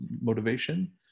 motivation